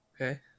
Okay